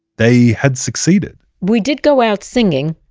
they had succeeded we did go out singing.